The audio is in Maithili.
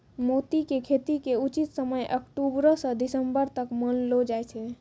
मोती के खेती के उचित समय अक्टुबरो स दिसम्बर तक मानलो जाय छै